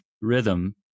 rhythm